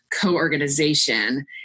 co-organization